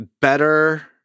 better